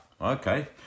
Okay